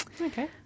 okay